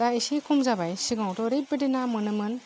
दा एसे खम जाबाय सिगाङावथ' ओरैबायदि ना मोनोमोन